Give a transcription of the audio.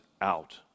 out